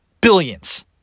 Billions